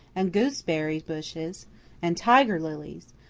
and goose-berry bushes and tiger lilies,